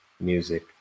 music